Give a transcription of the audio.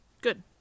good